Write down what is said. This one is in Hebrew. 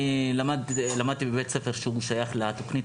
אני למדתי בבית ספר ששייך לתוכנית